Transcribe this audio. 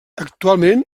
actualment